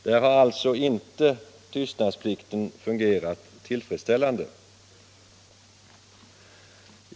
Där har alltså inte tystnadsplikten fungerat tillfredsställande.